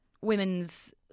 women's